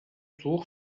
tour